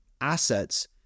assets